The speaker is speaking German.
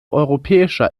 europäischer